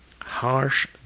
Harsh